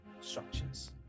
structures